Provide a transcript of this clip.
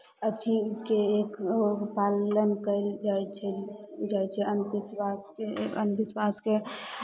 अछी के एक पालन कयल जाइ छै जाइ छै अन्धविश्वासके अन्धविश्वासके